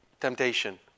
temptation